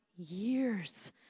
years